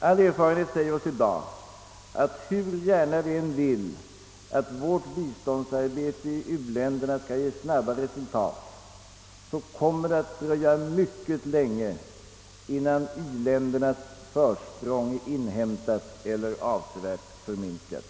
All erfarenhet säger oss i dag att hur gärna vi än vill att vårt biståndsarbete i u-länderna skall ge snabbt resultat, kommer det att dröja mycket länge innan i-ländernas försprång är inhämtat eller avsevärt förminskat.